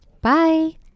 Bye